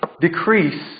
decrease